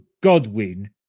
Godwin